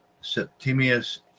Septimius